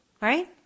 Right